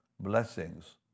blessings